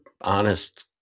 honest